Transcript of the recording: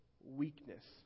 weakness